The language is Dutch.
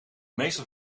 meester